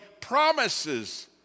promises